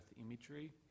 imagery